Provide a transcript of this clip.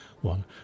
one